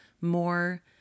more